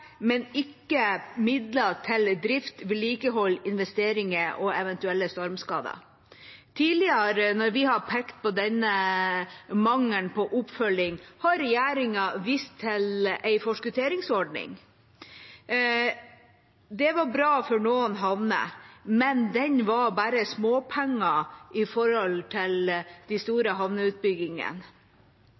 men ikke midler til drift, vedlikehold, investeringer og eventuelle stormskader. Når vi tidligere har pekt på denne manglende oppfølgingen, har regjeringa vist til en forskutteringsordning. Det var bra for noen havner, men det var bare småpenger i forhold til de store